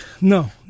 No